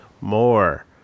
more